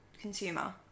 consumer